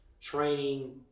training